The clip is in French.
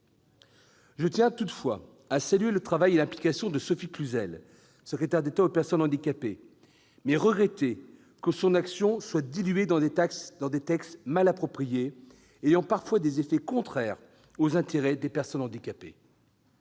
Je tiens toutefois à saluer le travail et l'implication de Sophie Cluzel, secrétaire d'État chargée des personnes handicapées, tout en regrettant que son action soit diluée dans des textes mal appropriés, ayant parfois des effets contraires aux intérêts des personnes handicapées.